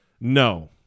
No